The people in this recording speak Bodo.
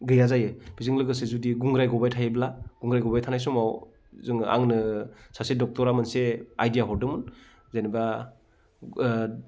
गैया जायो बेजों लोगोसे जुदि गुंग्राय गबाय थायोब्ला गुंग्राय गबाय थानाय समाव जों आंनो सासे ड'क्टरा मोनसे आइडिया हरदोंमोन जेन'बा